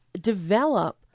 develop